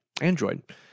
Android